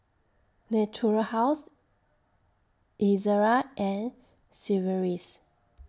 Natura House Ezerra and Sigvaris